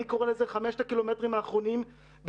אני קורא לזה: חמשת הקילומטרים האחרונים בנסיעה